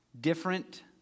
different